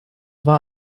war